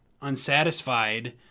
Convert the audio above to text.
unsatisfied